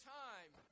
time